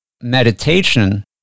meditation